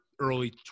early